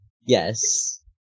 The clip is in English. Yes